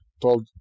told